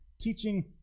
teaching